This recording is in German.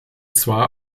zwar